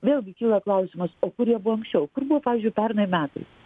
vėl gi kyla klausimas o kur jie buvo anksčiau kur buvo pavyzdžiui pernai metais